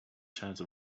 chance